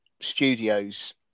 studios